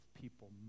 people